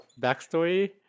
backstory